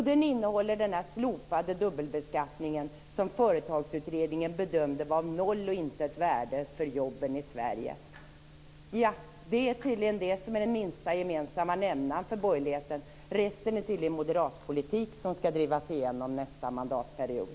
Den innehåller också en slopad dubbelbeskattning, som företagsutredningen bedömde var av noll och intet värde för jobben i Sverige. Det är tydligen det som är den minsta gemensamma nämnaren för borgerligheten. Resten är moderatpolitik som skall drivas igenom nästa mandatperiod.